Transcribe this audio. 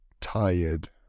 tired